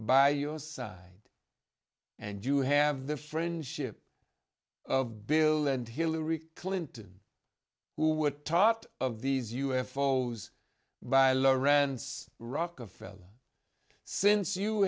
by your side and you have the friendship of bill and hillary clinton who were taught of these u f o s by law rense rockefeller since you